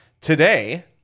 Today